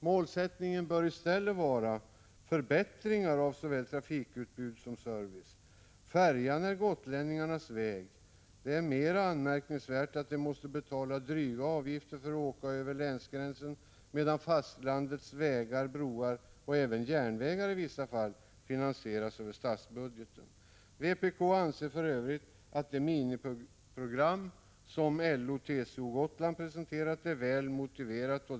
Målsättningen bör i stället vara förbättringar av såväl trafikutbud som service. Färjan är gotlänningarnas väg. Det är anmärkningsvärt att de måste betala dryga avgifter för att åka över länsgränsen, medan fastlandets vägar, broar och även järnvägar i vissa fall finansieras över statsbudgeten. Vpk anser för övrigt att det minimiprogram som LO/TCO Gotland presenterat är väl motiverat.